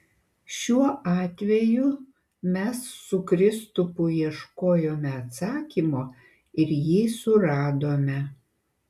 šiuo atveju mes su kristupu ieškojome atsakymo ir jį suradome